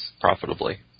profitably